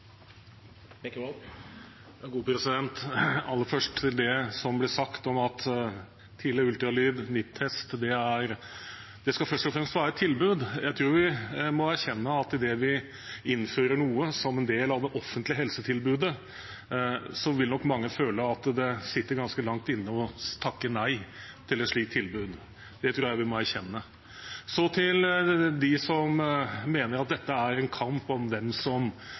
Aller først til det som ble sagt om at tidlig ultralyd, NIPT-test, først og fremst skal være et tilbud: Jeg tror vi må erkjenne at idet vi innfører noe som en del av det offentlige helsetilbudet, vil nok mange føle at det sitter ganske langt inne å takke nei til et slikt tilbud. Det tror jeg vi må erkjenne. Så til dem som mener at dette er en kamp om hvem som